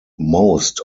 most